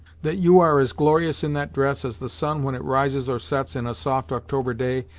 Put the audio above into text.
that you are as glorious in that dress as the sun when it rises or sets in a soft october day,